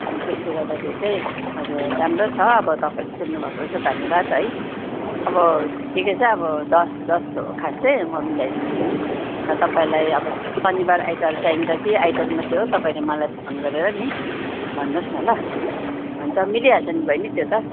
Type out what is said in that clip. अनि त्यसले गर्दाखेरि चाहिँ हजुर राम्रो छ अब तपाईँहरूले सुन्नुभएको रहेछ धन्यवाद है अब ठिकै छ अब दस दस हो खास चाहिँ म मिलाइदिन्छु नि तपाईँलाई अब शनिबार आइतबार चाहिन्छ कि आइतबार मात्रै हो तपाईँले मलाई फोन गरेर नि भन्नुहोस् न ल हुन्छ मिलिहाल्छ नि बहिनी त्यो त